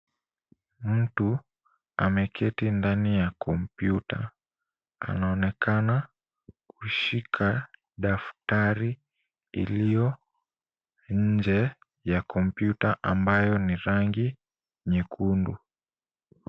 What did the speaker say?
Mtu ameketi ndani ya kompyuta. Anaonekana kushika daftari iliyo nje ya kompyuta ambayo ni rangi nyekundu.